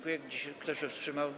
Kto się wstrzymał?